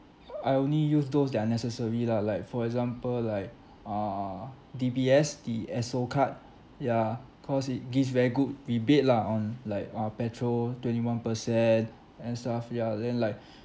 uh I only use those that are necessary lah like for example like uh D_B_S the ESSO card ya cause it gives very good rebate lah on like uh petrol twenty one percent and stuff ya then like